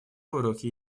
уроки